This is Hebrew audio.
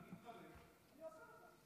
כשאני אתחלף, אני אעשה לך.